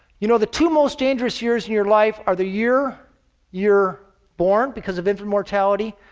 you know the two most dangerous years in your life are the year you're born, because of infant mortality,